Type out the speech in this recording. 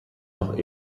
doch